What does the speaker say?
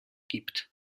gibt